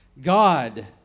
God